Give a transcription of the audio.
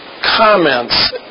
comments